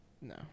No